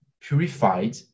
purified